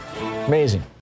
amazing